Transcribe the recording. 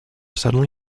suddenly